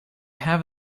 have